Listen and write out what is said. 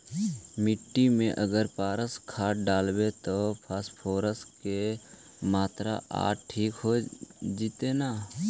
मिट्टी में अगर पारस खाद डालबै त फास्फोरस के माऋआ ठिक हो जितै न?